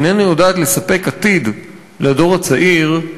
איננה יודעת לספק עתיד לדור הצעיר,